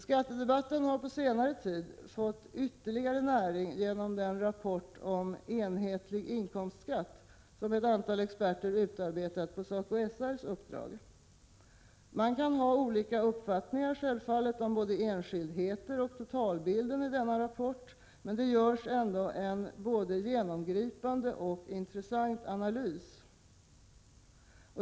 Skattedebatten har på senare tid fått ytterligare näring genom den rapport Enhetlig inkomstskatt som ett antal experter utarbetat på SACO/SR:s uppdrag. Man kan ha olika uppfattning om både enskildheter och totalbilden i denna rapport, men där görs ändå en både genomgripande och intressant analys.